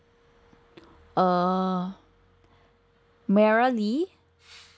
uh merah lee